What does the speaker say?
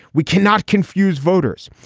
we cannot confuse voters.